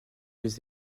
les